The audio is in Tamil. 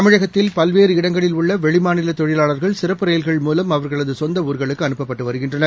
தமிழகத்தில் பல்வேறு இடங்களில் உள்ள வெளிமாநில தொழிலாளா்கள் சிறப்பு ரயில்கள் மூலம் அவர்களது சொந்த ஊர்களுக்கு அனுப்பப்பட்டு வருகின்றனர்